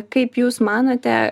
kaip jūs manote